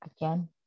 again